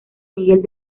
miguel